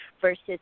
versus